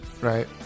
right